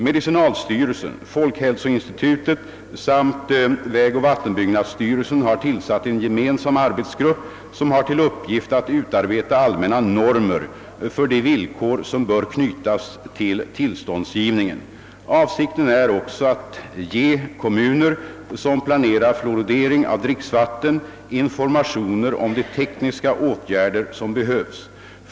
Medicinalstyrelsen, folkhälsoinstitutet samt vägoch vattenbyggnadsstyrelsen har tillsatt en gemensam arbetsgrupp som har till uppgift att utarbeta allmänna normer för de villkor som bör knytas till tillståndsgivningen. Avsikten är också att ge kommuner, som planerar fluoridering av dricksvattnet, informationer om de tekniska åtgärder som behövs.